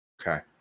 okay